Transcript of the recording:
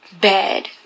bad